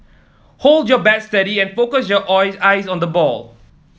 hold your bat steady and focus your eyes on the ball